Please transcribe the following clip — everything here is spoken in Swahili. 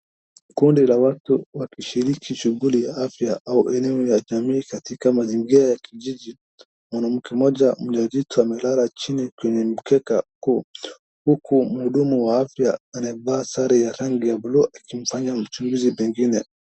Kundi la watu wakishiriki shughuli ya afya au elimu ya jamii katika mazingira ya kijiji. Mwanamke mmoja mjamzito amelala chini kwenye mkeka huku mhudumu wa afya amevaa sare ya rangi ya bluu akimfanya uchunguzi pengine.